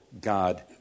God